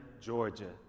Georgia